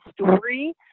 story